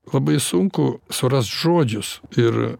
labai sunku surast žodžius ir